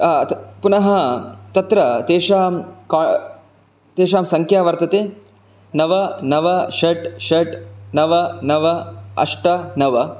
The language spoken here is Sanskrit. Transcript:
पुनः तत्र तेषां तेषां संख्या वर्तते नव नव षट् षट् नव नव अष्ट नव